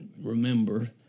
remember